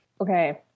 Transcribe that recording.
Okay